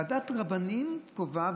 ועדת רבים קובעת,